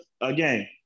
Again